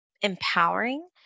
empowering